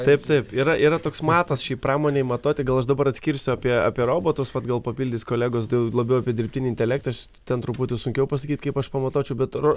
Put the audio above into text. taip taip yra yra toks matas šiai pramonei matuoti gal aš dabar atskirsiu apie apie robotus vat gal papildys kolegos dau labiau apie dirbtinį intelektą ten truputį sunkiau pasakyt kaip aš pamatuočiau bet ro